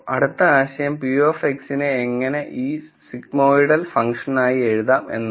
അടുത്ത ആശയം p of X നെ എങ്ങനെ ഇനി സെഗ്മോയിടൽ ഫംഗ്ഷൻ ആയി എഴുതാം എന്നാണ്